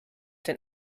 den